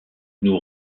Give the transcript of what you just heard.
nous